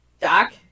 Doc